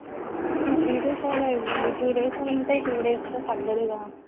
two days అంటే పోని three days అయినా ఇవ్వండి టూ డేస్ అంటే టూ డేస్లో తగ్గదు కదా